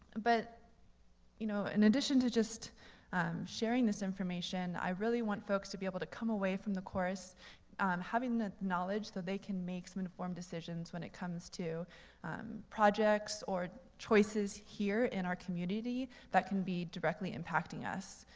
but you know, in addition to just sharing this information, i really want folks to be able to come away from the course having the knowledge that they can make some informed decisions when it comes to projects or choices here in our community that can be directly impacting us.